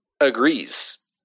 agrees